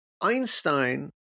Einstein